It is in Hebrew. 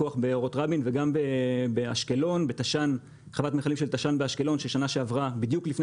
וגם חוות המיכלים של תש"ן באשקלון שבדיוק לפני